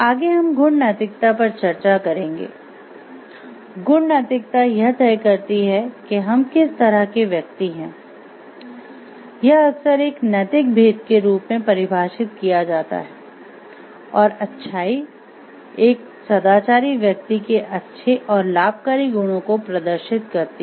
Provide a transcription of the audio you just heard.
आगे हम गुण नैतिकता पर चर्चा करेंगे गुण नैतिकता यह तय करती है कि हम किस तरह के व्यक्ति हैं यह अक्सर एक नैतिक भेद के रूप में परिभाषित किया जाता है और अच्छाई एक सदाचारी व्यक्ति के अच्छे और लाभकारी गुणों को प्रदर्शित करती है